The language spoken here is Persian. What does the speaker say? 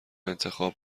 انتخاب